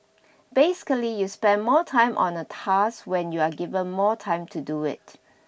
basically you spend more time on a task when you are given more time to do it